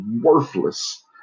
worthless